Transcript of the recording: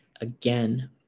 again